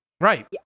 Right